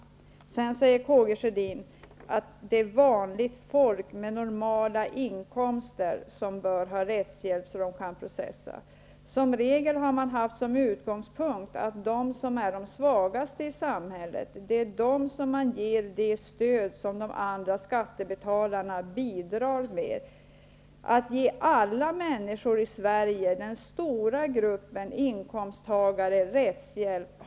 Karl Gustaf Sjödin säger sedan att det är vanligt folk med normala inkomster som bör få rättshjälp så att de kan processa. Som regel har man haft som utgångspunkt att det är de svagaste i samhället som skall ges det stöd som andra skattebetalare bidrar med. Inte ens i Ny demokratis samhälle har man råd att ge alla människor i Sverige, den stora gruppen inkomsttagare, rättshjälp.